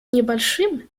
небольшим